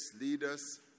leaders